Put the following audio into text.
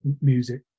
music